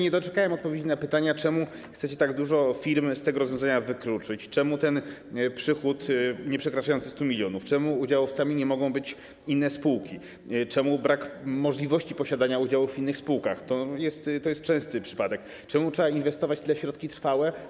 Nie doczekałem się odpowiedzi na pytania, czemu chcecie tak dużo firm z tego rozwiązania wykluczyć, czemu wyznaczacie przychód nieprzekraczający 100 mln, czemu udziałowcami nie mogą być inne spółki, czemu wprowadzacie brak możliwości posiadania udziałów w innych spółkach - to jest częsty przypadek - czemu trzeba inwestować tyle w środki trwałe.